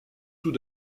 tout